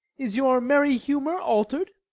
is your merry humour alter'd?